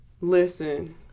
Listen